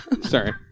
Sorry